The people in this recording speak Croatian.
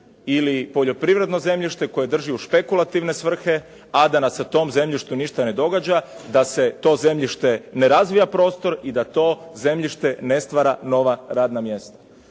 ili poljoprivredno zemljište koje drži u špekulativne svrhe, a da se na tom zemljištu ništa ne događa, da to zemljište ne razvija prostor i da to zemljište ne stvara nova radna mjesta.